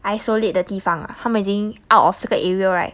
isolate 的地方啊他们已经 out of 这个 area right